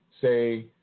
say